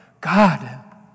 God